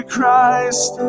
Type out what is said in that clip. Christ